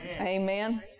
Amen